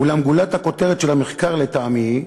אולם גולת הכותרת של המחקר, לטעמי,